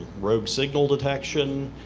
rogue signal detection?